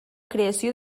creació